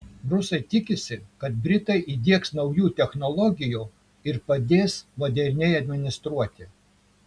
rusai tikisi kad britai įdiegs naujų technologijų ir padės moderniai administruoti